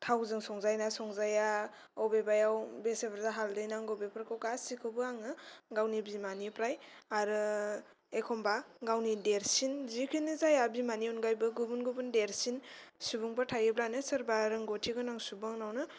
थावजों संजायो ना संजाया अबेबायाव बेसे बुर्जा हालदै नांगौ बेफोरखौ गासिखौबो आङो गावनि बिमानिफ्राय आरो एखनबा गावनि देरसिन जिखुनु जाया बिमानि अनगायैबो गुबुन गुबुन देरसिन सुबुंफोर थायोब्लानो सोरबा रोंगथि गोनां सुबुंनावनो